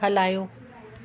हलायो